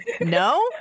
no